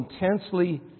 intensely